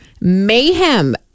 Mayhem